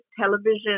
television